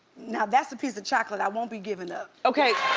now that's a piece of chocolate i won't be givin' up. okay.